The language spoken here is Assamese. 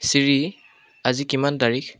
চিৰি আজি কিমান তাৰিখ